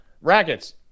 Rackets